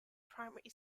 primary